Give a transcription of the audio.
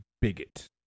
bigot